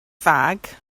fag